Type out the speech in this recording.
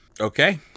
Okay